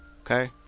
Okay